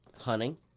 hunting